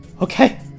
Okay